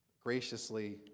graciously